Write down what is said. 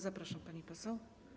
Zapraszam, pani poseł.